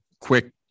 quick